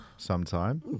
Sometime